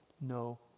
no